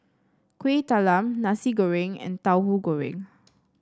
Kueh Talam Nasi Goreng and Tahu Goreng